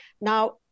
Now